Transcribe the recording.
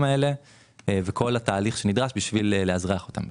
האלה וכל התהליך שנדרש כדי לאזרח אותם.